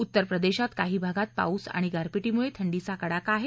उत्तरप्रदेशात काही भागात पाऊस आणि गारपिटीमुळे थंडीचा कडाका आहे